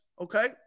Okay